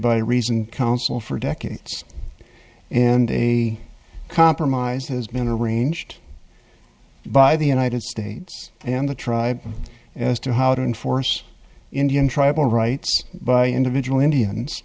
by reasoned counsel for decades and a compromise has been the arranged by the united states and the tribe as to how to enforce indian tribal rights by individual indians